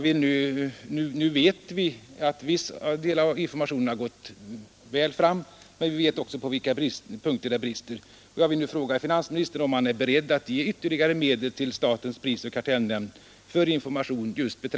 Nu vet vi att viss del av informationen har gått väl fram, men vi vet också på vilka punkter det brister.